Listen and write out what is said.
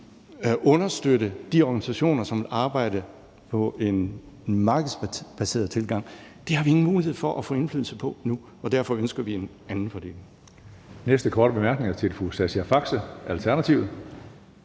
vil understøtte de organisationer, som arbejder på en markedsbaseret tilgang. Det har vi ingen mulighed for at få indflydelse på nu, og derfor ønsker vi en anden fordeling.